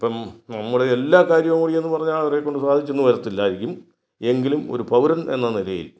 ഇപ്പം നമ്മുടെ എല്ലാ കാര്യവും ഓടി ചെന്ന് പറഞ്ഞാൽ അവരെ കൊണ്ട് സാധിച്ചെന്ന് വരത്തില്ലായിരിക്കും എങ്കിലും ഒരു പൗരൻ എന്ന നിലയിൽ